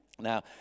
Now